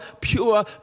pure